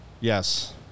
Yes